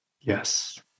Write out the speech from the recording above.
Yes